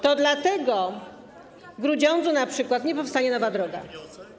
To dlatego w Grudziądzu np. nie powstanie nowa droga.